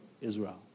Israel